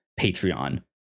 Patreon